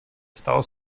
stalo